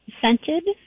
scented